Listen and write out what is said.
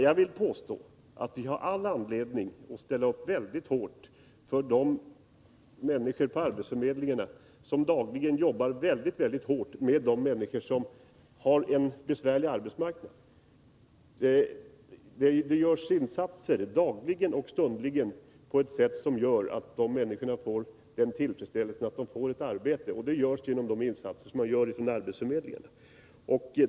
Jag vill påstå att vi har all anledning att ställa upp väldigt hårt för de människor på arbetsförmedlingen som dagligen jobbar intensivt med dem som har en besvärlig arbetsmarknad. På arbetsförmedlingen görs dagligen och stundligen insatser för att ge människorna tillfredsställelsen av att ha ett arbete.